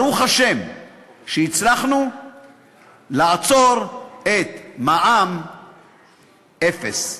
ברוך השם שהצלחנו לעצור את מע"מ אפס.